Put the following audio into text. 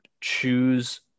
choose